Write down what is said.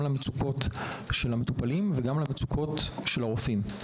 למצוקות של המטופלים ולמצוקות של הרופאים.